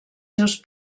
seus